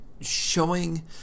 showing